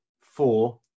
four